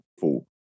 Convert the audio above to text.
four